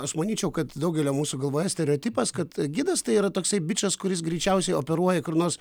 aš manyčiau kad daugelio mūsų galvoje stereotipas kad gidas tai yra toksai bičas kuris greičiausiai operuoja kur nors